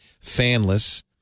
fanless